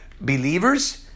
believers